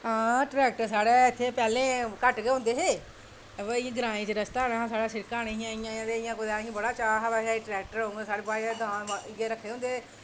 आं ट्रैक्टर साढ़े इत्थें पैह्लें घट्ट गै होंदे हे बाऽ इं'या ग्रांऽ च साढ़े रस्ता निहां ते सिड़कां निं हियां ते इं'या कुदै बड़ा चाऽ हा ट्रैक्टर होङन साढ़े इं'या दांद रक्खे दे होंदे हे